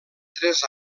tres